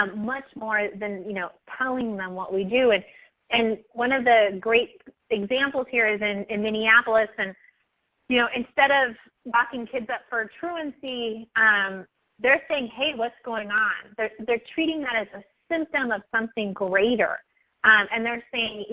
um much more than you know telling them what we do. and and one of the great examples here is in in minneapolis and you know instead of locking kids up for truancy um they're saying, hey, what's going um they're they're treating that as a symptom of something greater and they're saying,